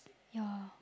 your